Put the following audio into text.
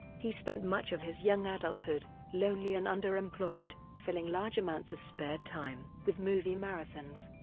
he spent much of his young adulthood lonely and underemployed, filling large amounts of spare time with movie marathons.